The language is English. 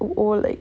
it will like